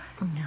No